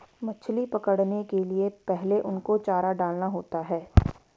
मछली पकड़ने के लिए पहले उनको चारा डालना होता है